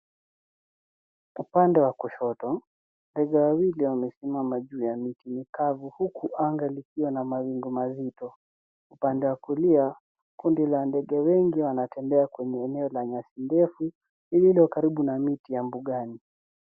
Upande wa kushoto, ndege wawili wamesimama juu ya miti mikavu huku anga likiwa na mawingu mazito. Upande wa kulia, kundi la ndege wengi wanatembea kwenye eneo la nyasi ndefu lililo karibu na miti ya mbugani.